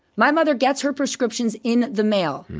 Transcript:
my mother gets her prescriptions in the mail.